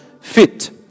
fit